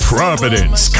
Providence